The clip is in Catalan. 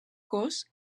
cos